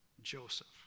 joseph